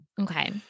Okay